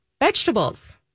vegetables